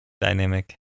dynamic